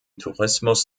tourismus